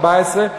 14,